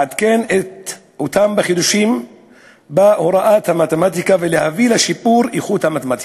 להתעדכן בחידושים בהוראת המתמטיקה ולהביא לשיפור איכות הוראת המתמטיקה.